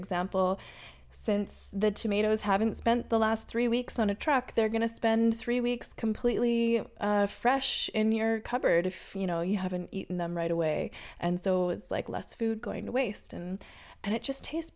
example since the tomatoes haven't spent the last three weeks on a truck they're going to spend three weeks completely fresh in your cupboard if you know you haven't eaten them right away and so it's like less food going to waste and and it just tastes